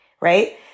right